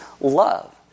love